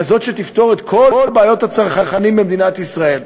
כזאת שתפתור את כל בעיות הצרכנים במדינת ישראל,